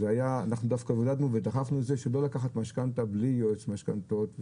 אנחנו דווקא עודדנו ודחפנו את זה שלא לקחת משכנתא בלי יועץ משכנתאות.